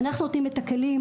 אנחנו נותנים את הכלים,